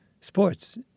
sports